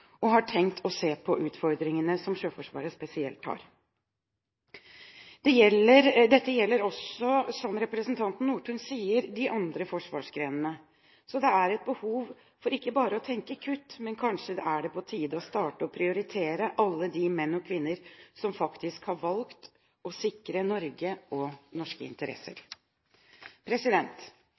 og har tenkt å se på utfordringene som Sjøforsvaret, spesielt, har. Dette gjelder også, som representanten Nordtun sier, de andre forsvarsgrenene, så det er et behov for ikke bare å tenke kutt. Kanskje er det på tide å starte med å prioritere alle de menn og kvinner som faktisk har valgt å sikre Norge og norske